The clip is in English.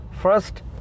first